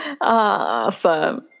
Awesome